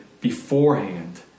beforehand